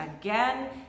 again